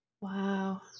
Wow